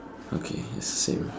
okay is same